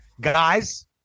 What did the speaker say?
Guys